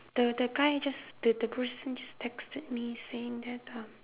the the guy just the the person just texted me saying that um